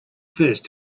first